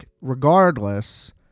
Regardless